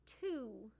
two